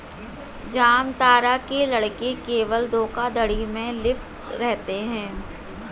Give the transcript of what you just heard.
जामतारा के लड़के केवल धोखाधड़ी में लिप्त रहते हैं